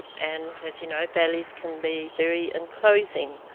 and as you know, valleys can be very enclosing.